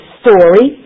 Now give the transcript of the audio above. story